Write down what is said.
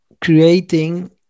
creating